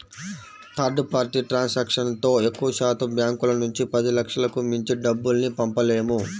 third party ట్రాన్సాక్షన్తో ఎక్కువశాతం బ్యాంకుల నుంచి పదిలక్షలకు మించి డబ్బుల్ని పంపలేము